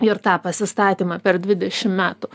ir tą pasistatymą per dvidešim metų